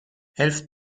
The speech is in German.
helft